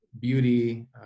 beauty